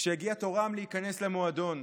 כשהגיע תורם להיכנס למועדון.